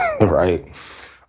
right